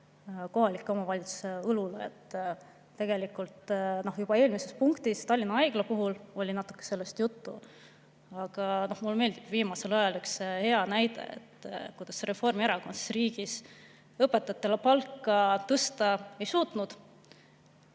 kohalike omavalitsuste õlule. Tegelikult juba eelmises punktis Tallinna Haigla puhul oli natuke sellest juttu. Mulle meeldib viimase aja üks hea näide, kuidas Reformierakond riigis õpetajate palka tõsta ei suutnud.